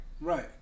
Right